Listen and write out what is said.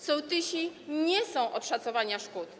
Sołtysi nie są od szacowania szkód.